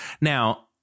Now